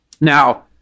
Now